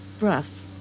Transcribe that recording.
rough